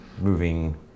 moving